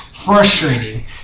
Frustrating